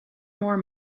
more